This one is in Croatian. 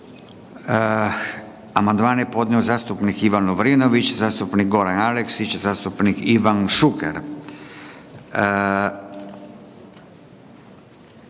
Hvala vam.